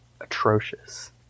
atrocious